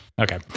okay